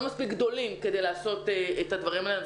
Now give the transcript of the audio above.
מספיק גדולים כדי לעשות את הדברים האלה.